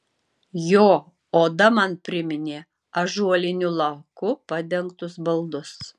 jo oda man priminė ąžuoliniu laku padengtus baldus